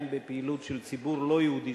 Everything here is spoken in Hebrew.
הן בפעילות של ציבור לא יהודי,